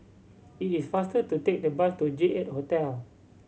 it is faster to take the bus to J Eight Hotel